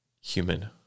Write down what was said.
human